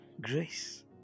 grace